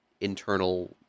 internal